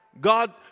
God